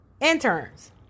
interns